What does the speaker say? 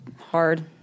hard